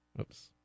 Oops